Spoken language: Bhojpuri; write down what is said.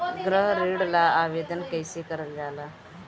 गृह ऋण ला आवेदन कईसे करल जाला?